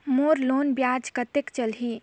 मोर loan ब्याज कतेक चलही?